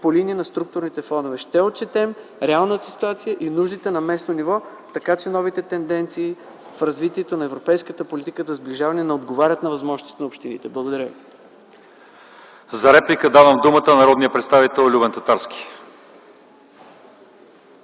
по линия на структурните фондове. Ще отчетем реалната ситуация и нуждите на местно ниво, така че новите тенденции в развитието на европейската политика на сближаване да отговарят на възможностите на общините. Благодаря. ПРЕДСЕДАТЕЛ ЛЪЧЕЗАР ИВАНОВ: Давам думата за реплика на народния представител Любен Татарски.